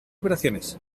operaciones